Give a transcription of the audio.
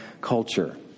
culture